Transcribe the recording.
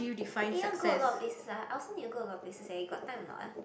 eh you want go a lot of places ah I also need to go a lot of places eh you got time or not ah